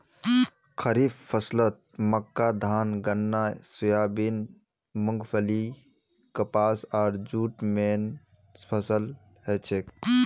खड़ीफ फसलत मक्का धान गन्ना सोयाबीन मूंगफली कपास आर जूट मेन फसल हछेक